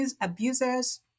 abusers